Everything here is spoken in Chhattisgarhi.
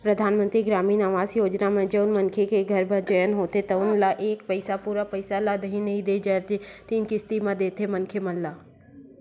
परधानमंतरी गरामीन आवास योजना म जउन मनखे के घर बर चयन होथे तउन ल एके पइत पूरा पइसा ल नइ दे जाए तीन किस्ती म देथे मनखे ल